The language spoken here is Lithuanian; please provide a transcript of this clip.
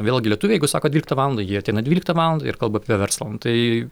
vėlgi lietuviai jeigu sako dvyliktą valandą jie ateina dvyliktą valandą ir kalba apie verslą nu tai